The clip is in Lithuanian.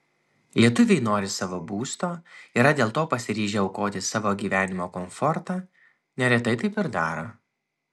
lietuviai nori savo būsto yra dėl to pasiryžę aukoti savo gyvenimo komfortą neretai taip ir daro